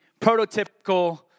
prototypical